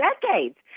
decades